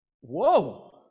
whoa